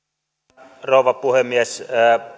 arvoisa rouva puhemies